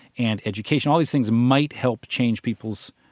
and education, all these things might help change people's,